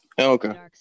Okay